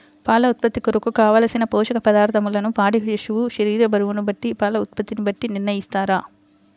పాల ఉత్పత్తి కొరకు, కావలసిన పోషక పదార్ధములను పాడి పశువు శరీర బరువును బట్టి పాల ఉత్పత్తిని బట్టి నిర్ణయిస్తారా?